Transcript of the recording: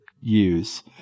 Use